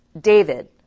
David